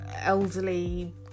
elderly